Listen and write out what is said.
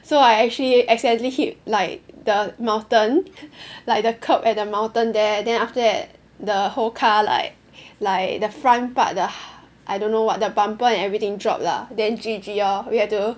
so I actually accidentally hit like the mountain like the kerb at the mountain there then after that the whole car like like the front part the I don't know what the bumper and everything drop lah then G_G lor we have to